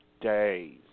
Days